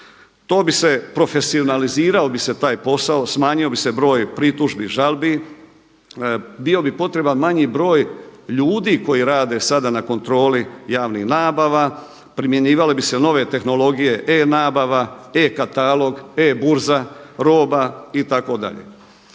To bi se, profesionalizirao bi se taj posao, smanjio bi se broj pritužbi, žalbi. Bio bi potreban manji broj ljudi koji rade sada na kontroli javnih nabava, primjenjivale bi se nove tehnologije e-nabava, e-katalog, e-burza roba itd.